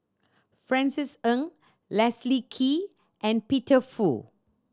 Francis Ng Leslie Kee and Peter Fu